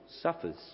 suffers